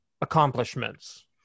accomplishments